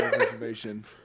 information